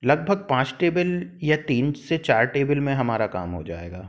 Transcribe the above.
लगभग पाँच टेबल या तीन से चार टेबेल में हमारा काम हो जाएगा